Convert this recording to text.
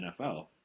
NFL